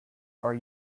are